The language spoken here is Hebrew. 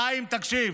חיים, תקשיב: